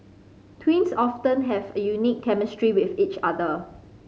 twins often have a unique chemistry with each other